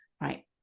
right